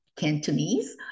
Cantonese